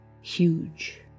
huge